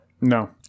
no